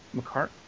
McCart